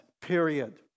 period